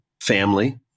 family